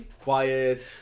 quiet